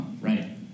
right